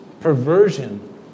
perversion